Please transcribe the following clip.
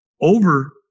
over